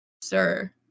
sir